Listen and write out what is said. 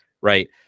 Right